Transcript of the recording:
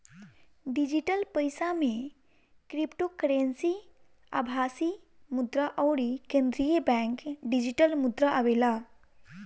digital पईसा में cryptocurrency, आभासी मुद्रा अउरी केंद्रीय बैंक डिजिटल मुद्रा आवेला